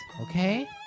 Okay